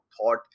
thought